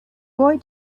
boy